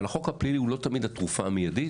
אבל החוק הפלילי הוא לא תמיד התרופה המיידית.